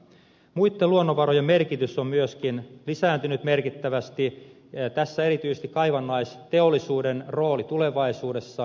muitten luonnonvarojen merkitys on myöskin lisääntynyt merkittävästi tässä erityisesti kaivannaisteollisuuden rooli tulevaisuudessa